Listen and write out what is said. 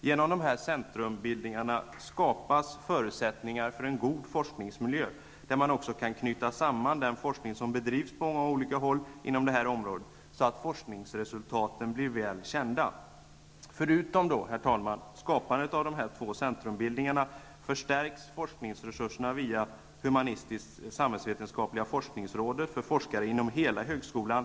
Genom dessa centrumbildningar skapas förutsättningar för en god forskningsmiljö, där man också kan knyta samman den forskning som bedrivs på många håll inom detta område, så att forskningsresultaten blir väl kända. Herr talman! Förutom skapandet av dessa två centrumbildningar förstärks forskningsresurerna via Humanistisk-samhällsvetenskapliga forskningsrådet för forskare inom hela högskolan.